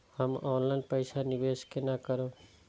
हम ऑनलाइन पैसा निवेश केना करब?